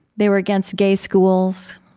they were against gay schools.